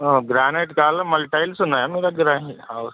granite కావాలి మళ్ళీ tiles ఉన్నాయా మీ దగ్గర